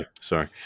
Sorry